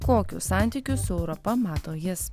kokius santykius su europa mato jis